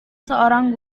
seorang